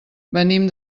venim